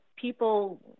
People